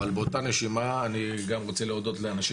אבל באותה נשימה אני גם רוצה להודות לאנשים